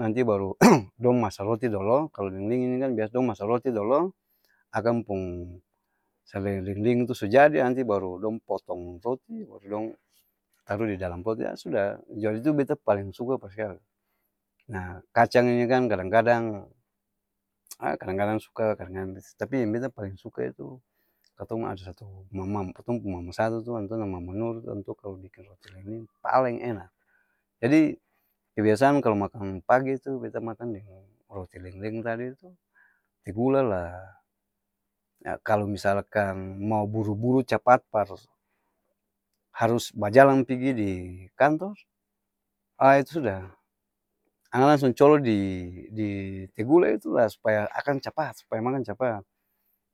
nanti baru dong masa roti dolo, kalo ling-ling ini kan bias dong masa roti dolo, akang pung salei ling-ling itu su jadi nanti dong potong roti, baru dong taru di dalam pot, ya sudah jadi tu beta paleng suka paskali, nah kacang ini kan kadang-kadang kadang-kadang suka, kadang kadang tapi yang beta paleng suka itu katong ada satu mama-mama, katong pung mama satu tu antua nama mama nur to, antua kalo biking roti ling-ling, paleeng enak jadi, kebiasaan kalo makang pagi tu beta makang deng roti ling-ling tadi tu, te gula laa kalo misalkan mau buru-buru capat par harus bajalang pigi di kantor, aa itu sudah, ana langsung colo di di-te gula itu laa akang supaya capat supaya makang capat,